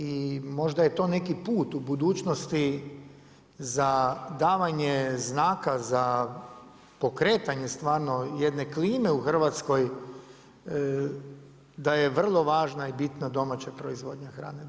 I možda je to neki put u budućnosti za davanje znaka za pokretanje, stvarno, jedne klime u Hrvatskoj, da je vrlo važna i bitna domaća proizvodnja hrane.